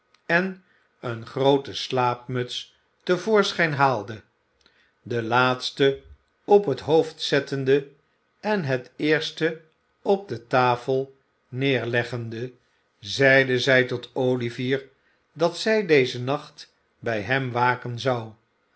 en eene groote slaapmuts te voorschijn haalde de laatste op het hoofd zettende en het eerste op de tafel neerleggende zeide zij tot olivier dat zij dezen nacht bij hem waken zou